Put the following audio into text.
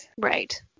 Right